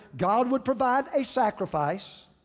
god would provide a sacrifice.